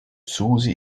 susi